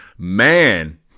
Man